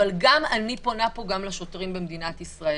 אבל אני פונה פה גם לשוטרים במדינת ישראל.